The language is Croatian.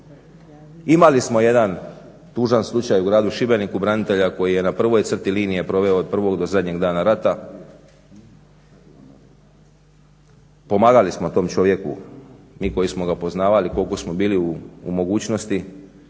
Imali smo jedan tužan slučaj u gradu Šibeniku branitelja koji je na prvoj crti linije proveo od prvog do zadnjeg dana rata, pomagali smo tom čovjeku mi koji smo ga poznavali koliko smo bili u mogućnosti.